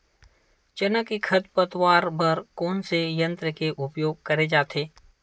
चना के खरपतवार बर कोन से यंत्र के उपयोग करे जाथे?